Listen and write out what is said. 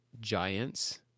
giants